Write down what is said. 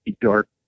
dark